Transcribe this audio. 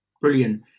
brilliant